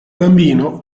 bambino